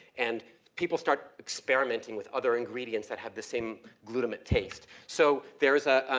and people start experimenting with other ingredients that have the same glutamate taste. so there is a,